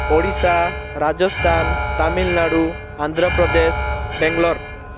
Odisha Rajasthan Tamil Nadu Andhra Pradesh Bangalore